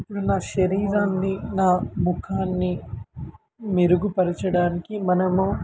ఇప్పుడు నా శరీరాన్ని నా ముఖాన్ని మెరుగుపరచడానికి మనము